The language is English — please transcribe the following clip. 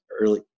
early